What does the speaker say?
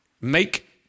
Make